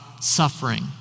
suffering